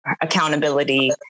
accountability